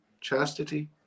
chastity